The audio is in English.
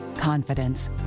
Confidence